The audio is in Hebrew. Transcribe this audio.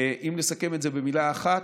אם נסכם את זה במילה אחת,